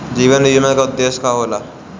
जीवन बीमा का उदेस्य का होला?